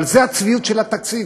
אבל זו הצביעות של התקציב.